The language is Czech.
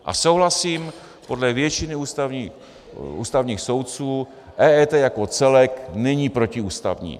A souhlasím, podle většiny ústavních soudců EET jako celek není protiústavní.